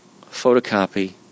photocopy